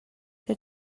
que